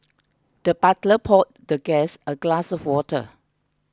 the butler poured the guest a glass of water